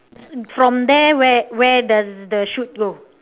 from there where where does the shoot go